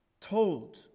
told